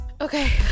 okay